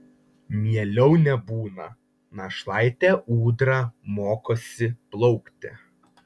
mieliau nebūna našlaitė ūdra mokosi plaukti